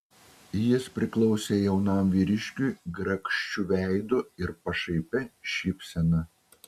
jis priklausė jaunam vyriškiui grakščiu veidu ir pašaipia šypsena